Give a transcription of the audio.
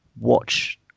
watch